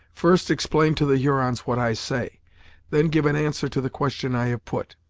first explain to the hurons what i say then give an answer to the question i have put.